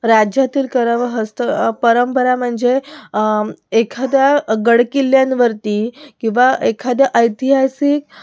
राज्यातील कला व हस्त परंपरा म्हणजे एखाद्या गड किल्ल्यांवरती किंवा एखाद्या ऐतिहासिक